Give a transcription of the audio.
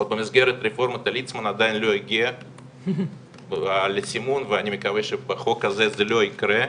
במסגרת רפורמת ליצמן עדיין לא הגיע ואני מקווה שבחוק הזה זה לא יקרה.